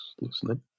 listening